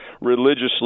religiously